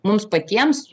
mums patiems